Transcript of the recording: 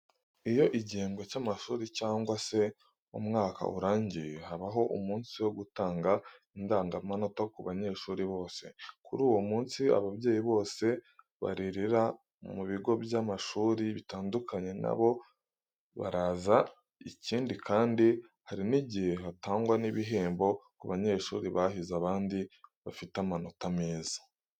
Iyo igihembwe cy'amashuri cyangwa se umwaka urangiye, habaho umunsi wo gutanga indangamanota ku banyeshuri bose. Kuri uwo munsi ababyeyi bose barerera mu bigo by'amashuri bitandukanye na bo baraza. Ikindi kandi, hari n'igihe hatangwa n'ibihembo ku banyeshuri bahize abandi bafite amanota meza.